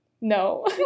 No